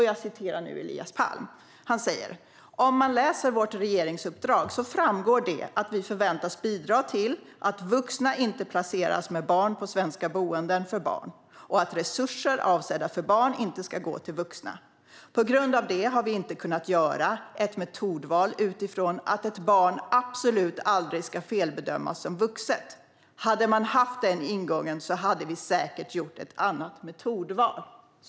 Jag citerar nu Elias Palm: "Om man läser vårt regeringsuppdrag så framgår det att vi förväntas bidra till att vuxna inte placeras med barn på svenska boenden för barn. Och att resurser avsedda för barn inte ska gå till vuxna. På grund av det har vi inte kunnat göra ett metodval utifrån att ett barn absolut aldrig ska felbedömas som vuxet. Hade man haft den ingången så hade vi säkert gjort ett annat metodval."